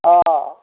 অঁ